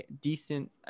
decent